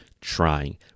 trying